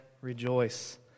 rejoice